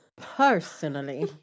Personally